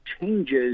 changes